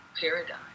paradigm